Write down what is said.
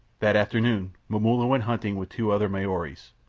that afternoon momulla went hunting with two other maoris.